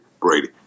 Brady